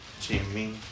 Jimmy